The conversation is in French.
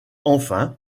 enfin